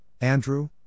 Andrew